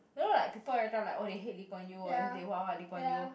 you know like people every time oh like they hate Lee Kuan Yew or they what what Lee Kuan Yew